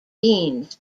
beans